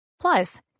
Plus